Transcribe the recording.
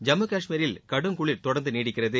ஜம்மு கஷ்மீரில் குளிர் தொடர்ந்து நீடிக்கிறது